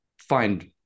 find